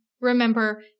remember